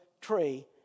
tree